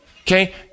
Okay